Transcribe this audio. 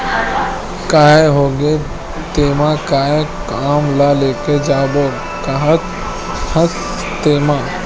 काय होगे तेमा काय काम ल लेके जाबो काहत हस तेंमा?